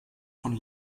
von